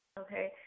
Okay